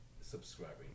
subscribing